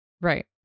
Right